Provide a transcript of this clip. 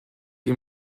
ihm